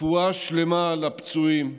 רפואה שלמה לפצועים,